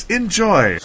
Enjoy